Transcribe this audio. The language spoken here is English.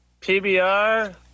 PBR